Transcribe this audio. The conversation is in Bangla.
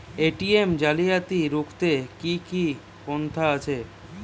এ.টি.এম জালিয়াতি রুখতে কি কি পন্থা আছে?